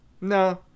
No